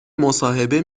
مصاحبه